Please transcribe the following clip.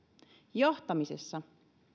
johtamisessa